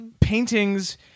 paintings